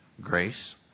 Grace